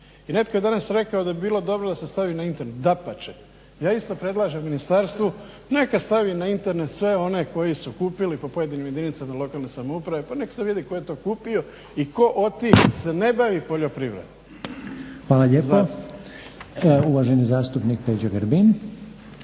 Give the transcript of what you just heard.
netko je danas rekao da bi bilo dobro da se stavi na Internet, dapače. Ja isto predlažem ministarstvu neka stavi na Internet sve one koji su kupili po pojedinim jedinicama lokalne samouprave pa neka se vidi tko je to kupio i tko od tih se ne bavi poljoprivrednom. **Reiner, Željko (HDZ)** Hvala lijepa. Uvaženi zastupnik Peđa Grbin.